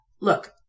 look